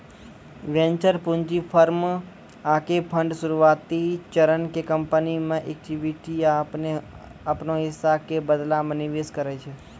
venture पूंजी firm आकि fund शुरुआती चरण के कंपनी मे इक्विटी या अपनो हिस्सा के बदला मे निवेश करै छै